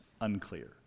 unclear